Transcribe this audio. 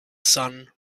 sun